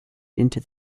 into